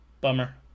Bummer